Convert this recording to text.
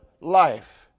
life